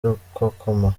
rukokoma